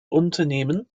unternehmen